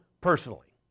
personally